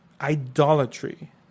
idolatry